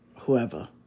whoever